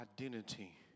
identity